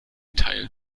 teil